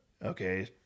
Okay